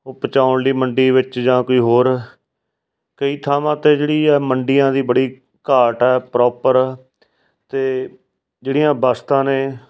ਉਹ ਪਹੁੰਚਾਉਣ ਲਈ ਮੰਡੀ ਵਿੱਚ ਜਾਂ ਕੋਈ ਹੋਰ ਕਈ ਥਾਵਾਂ 'ਤੇ ਜਿਹੜੀ ਹੈ ਮੰਡੀਆਂ ਦੀ ਬੜੀ ਘਾਟ ਹੈ ਪ੍ਰੋਪਰ ਅਤੇ ਜਿਹੜੀਆਂ ਵਸਤਾਂ ਨੇ